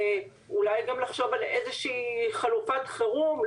ואולי גם לחשוב על איזו שהיא חלוקת חירום,